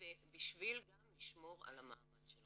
ובשביל גם לשמור על המעמד שלכם.